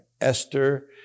Esther